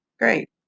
great